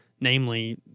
Namely